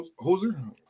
Hoser